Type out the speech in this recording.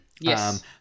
yes